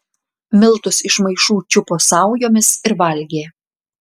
miltus iš maišų čiupo saujomis ir valgė